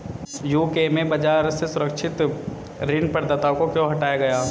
UK में बाजार से सुरक्षित ऋण प्रदाताओं को क्यों हटाया गया?